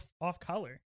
off-color